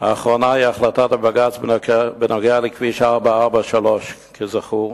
האחרונה היא החלטת בג"ץ בנוגע לכביש 443. כזכור,